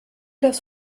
das